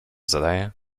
zadaję